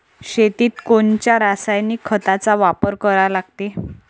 शेतीत कोनच्या रासायनिक खताचा वापर करा लागते?